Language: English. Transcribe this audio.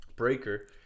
Breaker